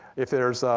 if there's,